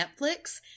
Netflix